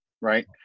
right